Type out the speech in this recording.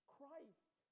Christ